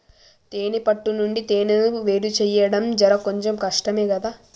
తేనే పట్టు నుండి తేనెను వేరుచేయడం జర కొంచెం కష్టమే గదా